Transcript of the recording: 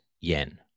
yen